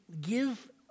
give